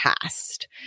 past